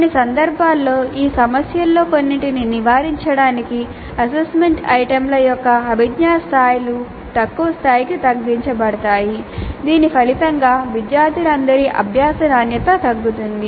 కొన్ని సందర్భాల్లో ఈ సమస్యలలో కొన్నింటిని నివారించడానికి అసెస్మెంట్ ఐటమ్ల యొక్క అభిజ్ఞా స్థాయిలు తక్కువ స్థాయికి తగ్గించబడతాయి దీని ఫలితంగా విద్యార్థులందరి అభ్యాస నాణ్యత తగ్గుతుంది